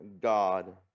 God